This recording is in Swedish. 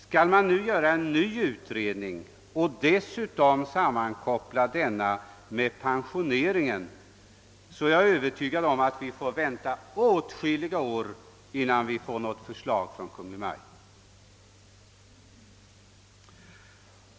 Skall man nu göra en ny utredning och dessutom sammankoppla denna med pensioneringen, är jag övertygad om att vi får vänta åtskilliga år innan vi får något förslag från Kungl. Maj:t.